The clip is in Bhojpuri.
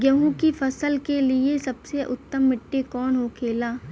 गेहूँ की अच्छी फसल के लिए सबसे उत्तम मिट्टी कौन होखे ला?